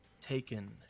taken